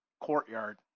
courtyard